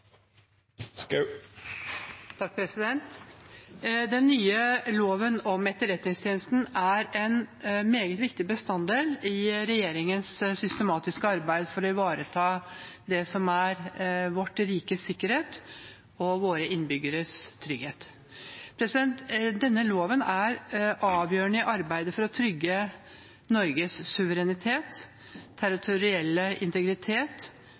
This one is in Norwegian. nye loven om Etterretningstjenesten er en meget viktig bestanddel i regjeringens systematiske arbeid for å ivareta det som er vårt rikes sikkerhet og våre innbyggeres trygghet. Denne loven er avgjørende i arbeidet for å trygge Norges suverenitet, territorielle integritet,